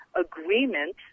agreement